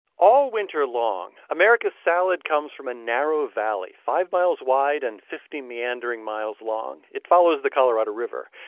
all winter long, america's salad comes from a narrow valley five miles wide and fifty meandering miles long. it follows the colorado river.